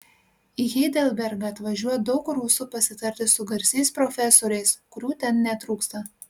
į heidelbergą atvažiuoja daug rusų pasitarti su garsiais profesoriais kurių ten netrūksta